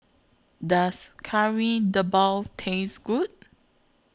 Does Kari Debal Taste Good